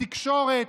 תקשורת,